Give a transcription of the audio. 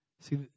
See